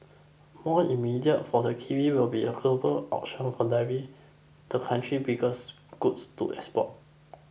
more immediate for the kiwi will be a global auction of dairy the country biggest goods export